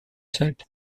set